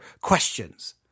questions